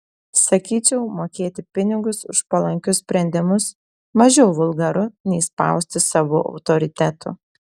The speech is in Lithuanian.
sakyčiau mokėti pinigus už palankius sprendimus mažiau vulgaru nei spausti savu autoritetu